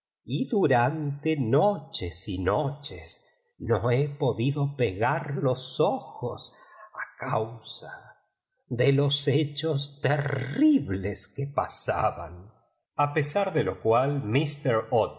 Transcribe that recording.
y durante noches y noches no he podido pegar los ojos a can sa de los hechos terribles qae pasaban a pesar de lo cual